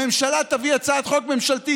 הממשלה תביא הצעת חוק ממשלתית.